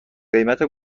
قیمت